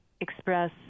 express